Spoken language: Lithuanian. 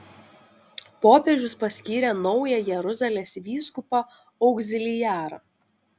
popiežius paskyrė naują jeruzalės vyskupą augziliarą